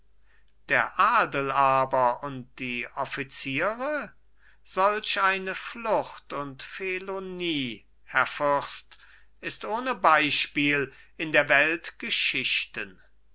der adel aber und die offiziere solch eine flucht und felonie herr fürst ist ohne beispiel in der welt geschichten